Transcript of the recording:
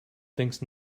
thinks